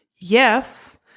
yes